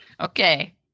Okay